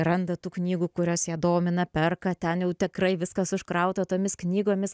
randa tų knygų kurios ją domina perka ten jau tikrai viskas užkrauta tomis knygomis